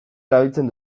erabiltzen